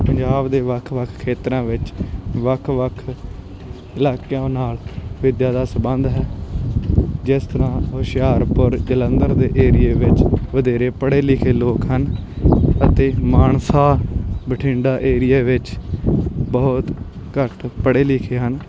ਪੰਜਾਬ ਦੇ ਵੱਖ ਵੱਖ ਖੇਤਰਾਂ ਵਿੱਚ ਵੱਖ ਵੱਖ ਇਲਾਕਿਆਂ ਨਾਲ ਵਿੱਦਿਆ ਦਾ ਸੰਬੰਧ ਹੈ ਜਿਸ ਤਰ੍ਹਾਂ ਹੁਸ਼ਿਆਰਪੁਰ ਜਲੰਧਰ ਦੇ ਏਰੀਏ ਵਿੱਚ ਵਧੇਰੇ ਪੜ੍ਹੇ ਲਿਖੇ ਲੋਕ ਹਨ ਅਤੇ ਮਾਨਸਾ ਬਠਿੰਡਾ ਏਰੀਏ ਵਿੱਚ ਬਹੁਤ ਘੱਟ ਪੜ੍ਹੇ ਲਿਖੇ ਹਨ